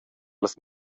las